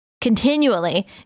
continually